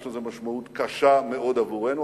יש לזה משמעות קשה מאוד עבורנו,